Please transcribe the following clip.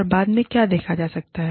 और बाद में क्या देखा जा सकता है